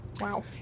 Wow